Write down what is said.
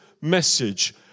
message